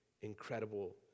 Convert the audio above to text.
incredible